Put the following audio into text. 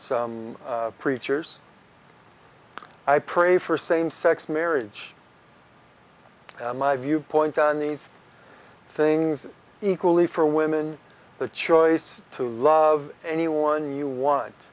some preachers i pray for same sex marriage and my viewpoint on these things equally for women the choice to love anyone you want